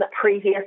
previous